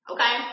Okay